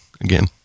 again